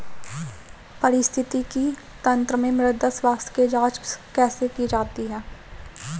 पारिस्थितिकी तंत्र में मृदा स्वास्थ्य की जांच कैसे की जाती है?